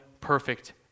perfect